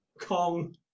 Kong